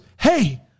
hey